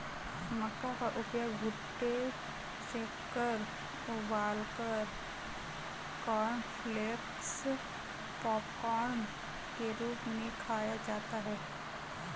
मक्का का उपयोग भुट्टे सेंककर उबालकर कॉर्नफलेक्स पॉपकार्न के रूप में खाया जाता है